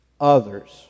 others